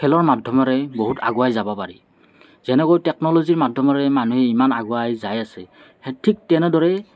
খেলৰ মাধ্যমেৰে বহুত আগুৱাই যাব পাৰি যেনেকৈ টেকনলজিৰ মাধ্যমেৰে মানুহে ইমান আগুৱাই যায় আছে ঠিক তেনেদৰে